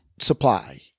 Supply